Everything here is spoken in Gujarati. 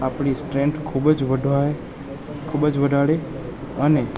આપણી સ્ટ્રેન્થ ખૂબ જ વધવાય ખૂબ જ વધારે અને